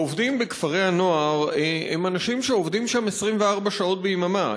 העובדים בכפרי-הנוער הם אנשים שעובדים שם 24 שעות ביממה.